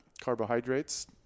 carbohydrates